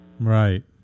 Right